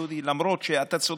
דודי, למרות שאתה צודק,